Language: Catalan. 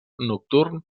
nocturn